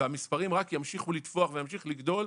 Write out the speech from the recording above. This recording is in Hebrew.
והמספרים רק ימשיכו לתפוח וימשיכו לגדול,